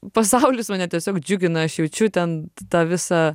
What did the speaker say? pasaulis mane tiesiog džiugina aš jaučiu ten tą visą